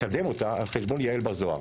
16 שאפשר לקדם אותה על חשבון יעל בר זוהר.